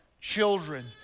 children